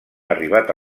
arribat